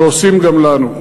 ועושים גם לנו.